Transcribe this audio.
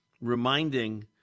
Reminding